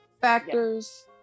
factors